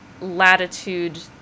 latitude